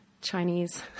Chinese